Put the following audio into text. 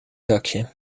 dakje